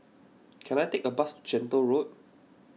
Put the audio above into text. can I take a bus to Gentle Road